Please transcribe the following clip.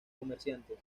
comerciantes